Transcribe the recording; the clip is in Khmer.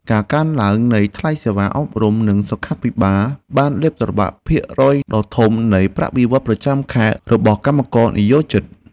ការកើនឡើងនៃថ្លៃសេវាអប់រំនិងសុខាភិបាលបានលេបត្របាក់ភាគរយដ៏ធំនៃប្រាក់បៀវត្សរ៍ប្រចាំខែរបស់កម្មករនិយោជិត។